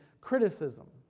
criticism